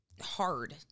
hard